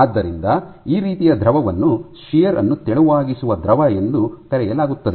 ಆದ್ದರಿಂದ ಈ ರೀತಿಯ ದ್ರವವನ್ನು ಶಿಯರ್ ಯನ್ನು ತೆಳುವಾಗಿಸುವ ದ್ರವ ಎಂದು ಕರೆಯಲಾಗುತ್ತದೆ